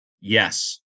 Yes